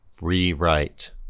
Rewrite